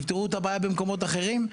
תפתרו את הבעיה במקומות אחרים.